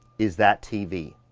is that tv.